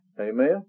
Amen